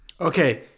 Okay